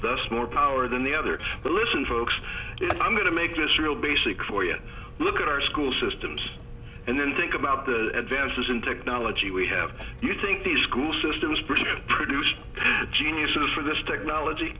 money more power than the other but listen folks i'm going to make this real basic for you look at our school systems and then think about the advantages in technology we have you think the school system is pretty produced geniuses for this technology